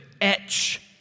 etch